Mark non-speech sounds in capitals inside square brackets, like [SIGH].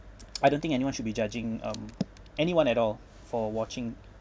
[NOISE] I don't think anyone should be judging um anyone at all for watching